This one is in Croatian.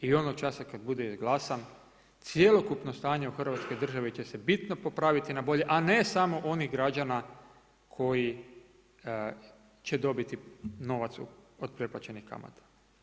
I onog časa kad bude izglasan, cjelokupno stanje u Hrvatskoj državi će se bitno popraviti na bolje, a ne samo onih građana koji će dobiti novac od pretplaćenih kamata.